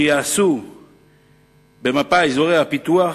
שיעשו במפת אזורי הפיתוח